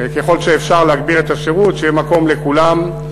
ככל האפשר להגביר את השירות כדי שיהיה מקום לכולם.